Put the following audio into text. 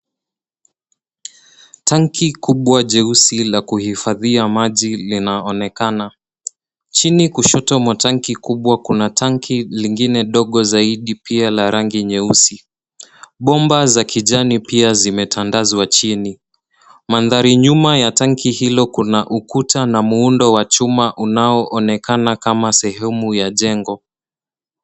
Tanki kubwa jeusi la kuhifadhia maji linaonekana. Chini kushoto mwa tanki kubwa kuna tanki lingine ndogo zaidi pia la rangi nyeusi. Bomba za kijani pia zimetandazwa chini. Mandhari nyuma ya tanki hilo kuna ukuta na muundo wa chuma unaoonekana kama sehemu ya jengo.